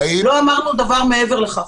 לא אמרנו דבר מעבר לכך.